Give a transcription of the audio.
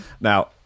Now